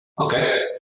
Okay